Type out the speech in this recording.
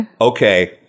Okay